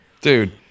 Dude